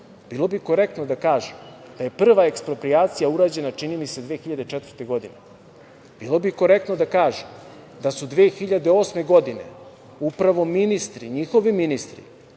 bilo bi korektno da kažu da je prva eksproprijacija urađena, čini mi se, 2004. godine. Bilo bi korektno da kažu da su 2008. godine upravo njihovi ministri